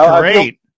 great